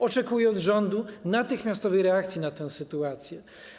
Oczekuję od rządu natychmiastowej reakcji na tę sytuację.